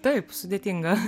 taip sudėtinga